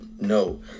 No